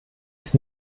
ist